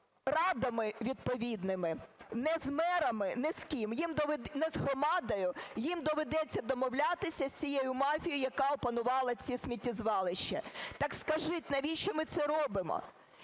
радами відповідними, не з мерами, ні з ким, ні з громадою. Їм доведеться домовлятися з цією мафією, яка опанувала ці сміттєзвалища. Так скажіть, навіщо ми це робимо?